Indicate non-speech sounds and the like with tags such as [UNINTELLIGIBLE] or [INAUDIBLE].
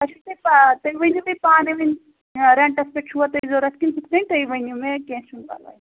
تۄہہِ چھُو [UNINTELLIGIBLE] تُہۍ وٕنِو بیٚیہِ پانَے وۄنۍ رٮ۪نٛٹَس پٮ۪ٹھ چھُوا تۄہہِ ضوٚرَتھ کِنہٕ ہُتھ کَنۍ تُہۍ وٕنِو مےٚ کینٛہہ چھُنہٕ پَراوے